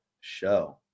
show